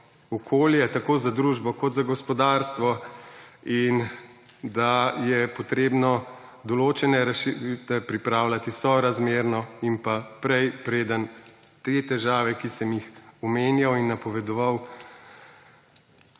okolje tako za družbo kot za gospodarstvo in da je potrebno določene razširitve pripravljati sorazmerno in pa prej preden te težave, ki sem jim omenjal in napovedoval